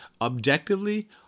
objectively